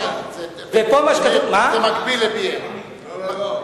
ופה מה שכתוב, זה מקביל ל.B.A- לא, לא,